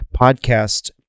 podcast